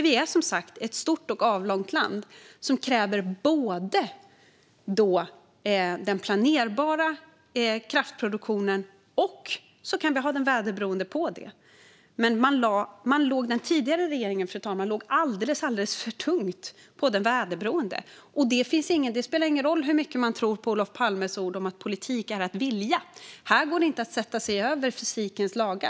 Vi är som sagt ett stort och avlångt land som kräver både planerbar och väderberoende kraftproduktion. Den tidigare regeringen, fru talman, lutade sig alldeles för tungt på det väderberoende, och det spelar ingen roll hur mycket man tror på Olof Palmes ord om att politik är att vilja: Här går det inte att sätta sig över fysikens lagar.